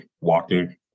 walking